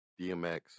DMX